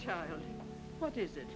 child what is it